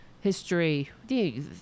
history